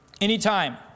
Anytime